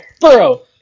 Burrow